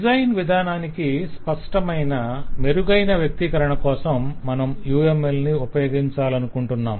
design విధానానికి స్పష్టమైన మెరుగైన వ్యక్తీకరణ కోసం మనం UMLని ఉపయోగించాలనుకొంటాం